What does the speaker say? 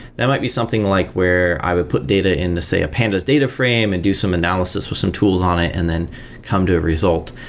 that might be something like where i would put data in, say, a pandas data frame and do some analysis with some tools on it and then come to a result.